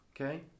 Okay